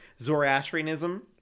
Zoroastrianism